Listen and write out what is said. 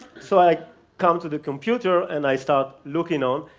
so i come to the computer and i start looking on,